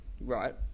Right